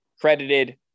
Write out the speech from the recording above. credited